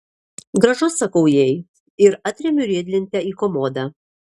gražu sakau jai ir atremiu riedlentę į komodą